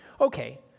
Okay